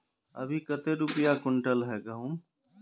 अभी कते रुपया कुंटल है गहुम?